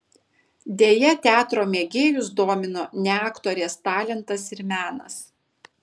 deja teatro mėgėjus domino ne aktorės talentas ir menas